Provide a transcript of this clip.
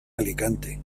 alicante